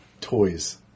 toys